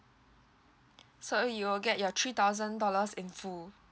so you will get your three thousand dollars in full